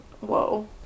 Whoa